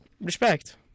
Respect